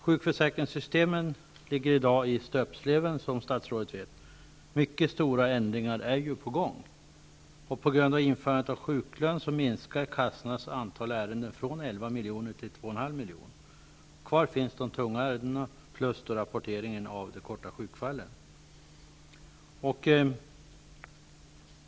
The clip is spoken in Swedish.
Sjukförsäkringssystemen ligger i dag i stöpsleven, som statsrådet vet. Mycket stora ändringar är ju på gång. På grund av införandet av sjuklön minskar kassornas antal ärenden från 11 miljoner till 2,5 miljoner. Kvar finns de tunga ärendena och rapporteringen av korttidssjukskrivningen.